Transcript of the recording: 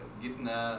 gitna